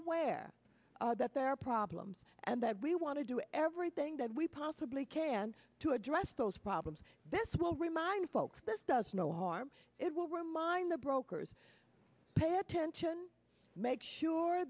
aware that there are problems and that we want to do everything that we possibly can to address those problems this will remind folks this does no harm it will remind the brokers pay attention make sure